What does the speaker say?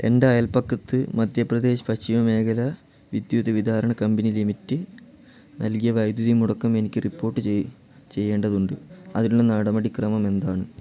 എൻ്റെ അയൽപക്കത്ത് മധ്യപ്രദേശ് പശ്ചിമ മേഖല വിദ്യുത് വിതാരൺ കമ്പനി ലിമിറ്റ് നൽകിയ വൈദ്യുതി മുടക്കം എനിക്ക് റിപ്പോർട്ട് ചെയ്യേണ്ടതുണ്ട് അതിനുള്ള നടപടിക്രമമെന്താണ്